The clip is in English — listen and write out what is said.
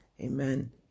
Amen